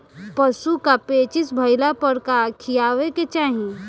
पशु क पेचिश भईला पर का खियावे के चाहीं?